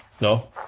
No